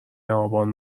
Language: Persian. آبان